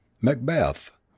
Macbeth